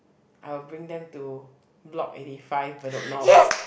I will bring them to block eighty five Bedok-North